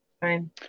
Fine